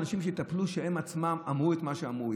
אנשים שהם עצמם אמרו את מה שאמרו,